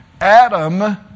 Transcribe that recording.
Adam